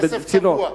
כסף צבוע.